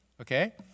Okay